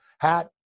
hat